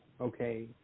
okay